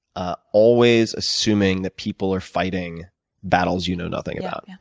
ah always assuming that people are fighting battles you know nothing about.